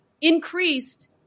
increased